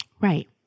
Right